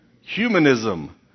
Humanism